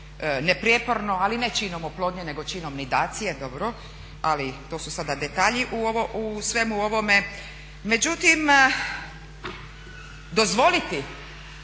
neprijeporno, ali ne činom oplodnje nego činom nidacije dobro, ali to su sada detalji u svemu ovome, međutim dozvoliti